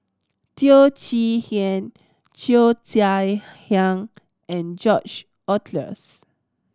Teo Chee Hean Cheo Chai Hiang and George Oehlers